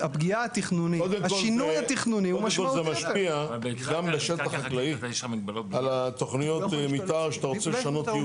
קודם כל זה משפיע גם בשטח חקלאי על התכניות מתאר שאתה רוצה לשנות ייעוד.